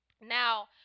Now